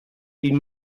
die